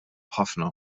ħafna